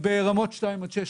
ברמות 2 עד 6,